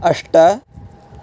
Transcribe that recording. अष्ट